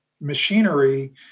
machinery